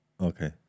Okay